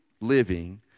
living